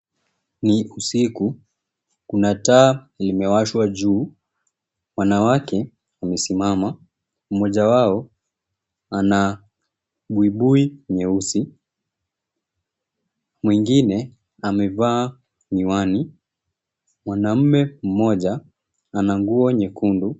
Ni usiku, kuna taa limewashwa juu, wanawake wamesimama. Mmoja wao ana buibui nyeusi, mwingine amevaa miwani. Mwanaume mmoja ana nguo nyekundu.